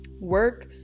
Work